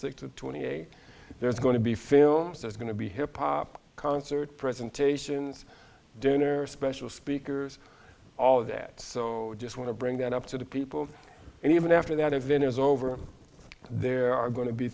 sixth twenty eight there's going to be films there's going to be hip hop concert presentations dinner special speakers all of that just want to bring that up to the people and even after that event is over there are going to be